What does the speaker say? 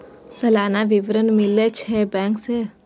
सलाना विवरण मिलै छै बैंक से?